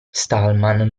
stallman